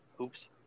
Oops